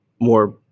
more